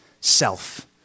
self